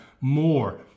more